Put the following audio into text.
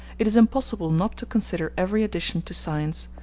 it is impossible not to consider every addition to science,